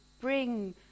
bring